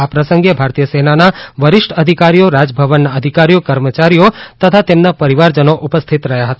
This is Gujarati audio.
આ પ્રસંગે ભારતીય સેનાના વરિષ્ઠ અધિકારીઓ રાજભવનના અધિકારીઓ કર્મચારીઓ તથા તેમના પરિવારજનો ઉપસ્થિત રહ્યા હતા